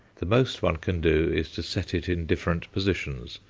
the most one can do is to set it in different positions,